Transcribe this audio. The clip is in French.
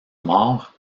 mort